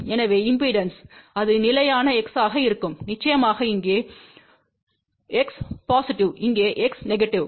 எனவே இம்பெடன்ஸ்க்கு அது நிலையான x ஆக இருக்கும் நிச்சயமாக இங்கே x பொசிட்டிவ் இங்கே x நெகடிவ்